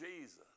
Jesus